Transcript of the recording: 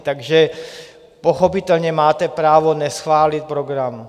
Takže pochopitelně máte právo neschválit program.